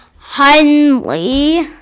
Hunley